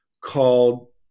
called